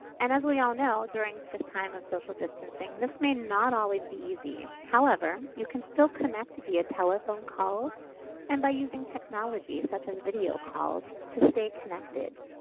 and as we all know, during this time of social distancing, this may not always be easy. however, you can still connect via telephone calls and by using technology such as video calls to stay connected.